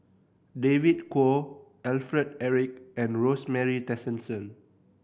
David Kwo Alfred Eric and Rosemary Tessensohn